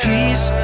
Peace